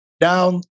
down